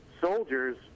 soldiers